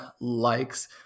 likes